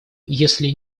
если